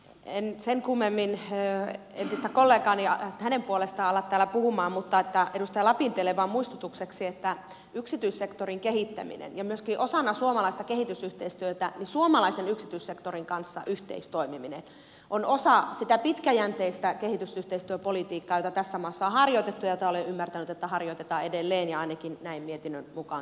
en sen kummemmin entisen kollegani puolesta ala täällä puhumaan mutta edustaja lapintielle vain muistutukseksi että yksityissektorin kehittäminen ja myöskin osana suomalaista kehitysyhteistyötä suomalaisen yksityissektorin kanssa yhteistyössä toimiminen on osa sitä pitkäjänteistä kehitysyhteistyöpolitiikkaa jota tässä maassa on harjoitettu ja olen ymmärtänyt että harjoitetaan edelleenkin ja ainakin näin mietinnönkin mukaan tapahtuu